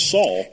Saul